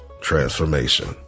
transformation